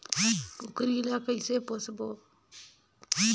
कूकरी ला कइसे पोसबो?